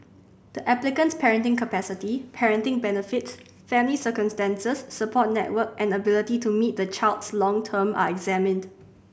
the applicant's parenting capacity parenting benefits family circumstances support network and ability to meet the child's long term are examined